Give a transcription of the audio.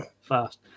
fast